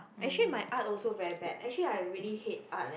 actually my Art also very bad actually I really hate Art leh